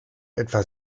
etwa